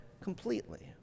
completely